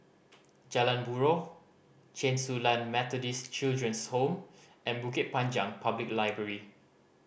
Jalan Buroh Chen Su Lan Methodist Children's Home and Bukit Panjang Public Library